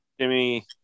Jimmy